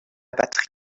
batterie